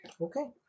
Okay